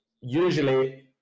usually